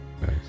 Nice